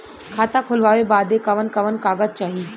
खाता खोलवावे बादे कवन कवन कागज चाही?